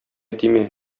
тимә